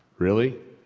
really?